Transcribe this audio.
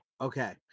Okay